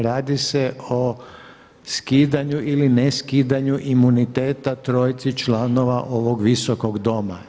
Radi se o skidanju ili ne skidanju imuniteta trojici članova ovog visokog doma.